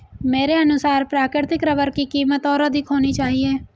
मेरे अनुसार प्राकृतिक रबर की कीमत और अधिक होनी चाहिए